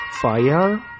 fire